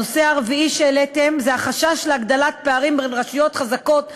הנושא הרביעי שהעליתם זה החשש להגדלת פערים בין רשויות חזקות לחלשות,